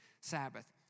Sabbath